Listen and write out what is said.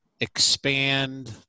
expand